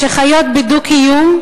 שחיות בדו-קיום,